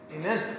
Amen